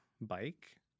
bike